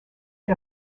had